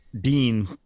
Dean